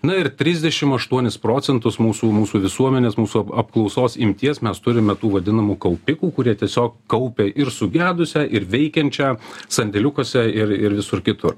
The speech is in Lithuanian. na ir trisdešim aštuonis procentus mūsų mūsų visuomenės mūsų apklausos imties mes turime tų vadinamų kaupikų kurie tiesiog kaupia ir sugedusią ir veikiančią sandėliukuose ir ir visur kitur